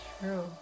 True